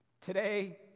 Today